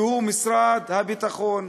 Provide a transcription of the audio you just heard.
והוא משרד הביטחון.